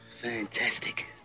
Fantastic